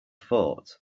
fort